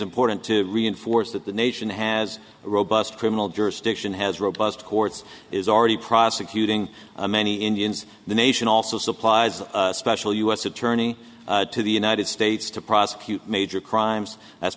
important to reinforce that the nation has a robust criminal jurisdiction has robust courts is already prosecuting many indians the nation also supplies a special u s attorney to the united states to prosecute major crimes as